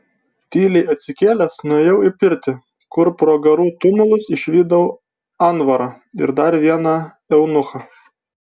tyliai atsikėlęs nuėjau į pirtį kur pro garų tumulus išvydau anvarą ir dar vieną eunuchą